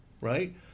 right